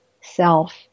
self